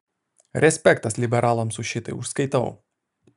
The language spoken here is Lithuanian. respektas liberalams už šitai užskaitau